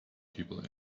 people